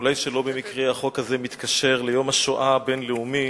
אולי שלא במקרה החוק הזה מתקשר ליום השואה הבין-לאומי,